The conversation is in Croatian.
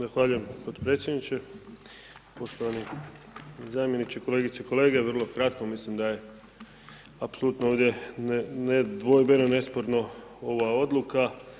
Zahvaljujem potpredsjedniče, poštovani zamjeniče, kolegice i kolege, vrlo kratko, mislim da je apsolutno ovdje nedvojbeno, nesporno, ova odluka.